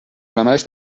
العملش